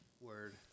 Word